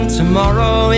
tomorrow